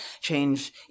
change